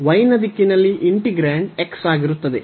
y ನ ದಿಕ್ಕಿನಲ್ಲಿ integrand x ಆಗಿರುತ್ತದೆ